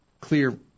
clear